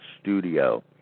Studio